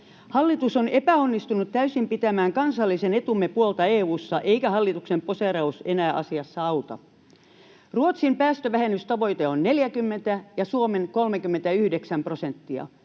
Hallitus on epäonnistunut täysin pitämään kansallisen etumme puolta EU:ssa, eikä hallituksen poseeraus enää asiassa auta. Ruotsin päästövähennystavoite on 40 ja Suomen 39 prosenttia.